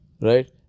right